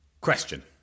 Question